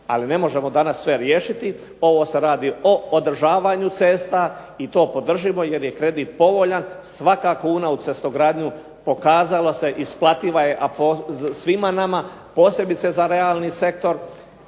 Ali ne možemo danas sve riješiti, ovo se radi o održavanju cesta i to podržimo jer je kredit povoljan. Svaka kuna u cestogradnju pokazalo se isplativa je, a svima nama posebice za realni sektor,